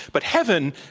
but heaven,